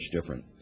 different